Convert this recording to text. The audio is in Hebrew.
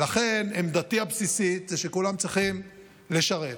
ולכן עמדתי הבסיסית היא שכולם צריכים לשרת.